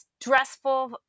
stressful